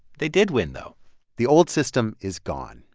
they did win, though the old system is gone.